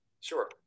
sure